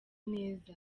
neza